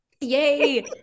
Yay